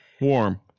Warm